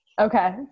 Okay